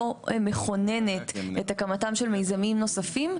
לא מכוננת את הקמת של מיזמים נוספים,